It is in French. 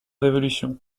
révolution